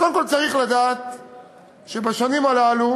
קודם כול צריך לדעת שבשלוש השנים הללו